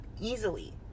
easily